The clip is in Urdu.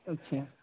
اچھا